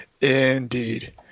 Indeed